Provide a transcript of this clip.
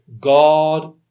God